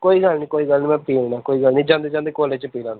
ਕੋਈ ਗੱਲ ਨਹੀਂ ਕੋਈ ਗੱਲ ਨਹੀਂ ਮੈਂ ਪੀ ਲੈਣਾ ਕੋਈ ਗੱਲ ਨਹੀਂ ਜਾਂਦੇ ਜਾਂਦੇ ਕਾਲਜ 'ਚ ਪੀ ਲਵਾਂਗਾ